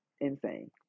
insane